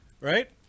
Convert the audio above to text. Right